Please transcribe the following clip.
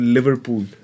Liverpool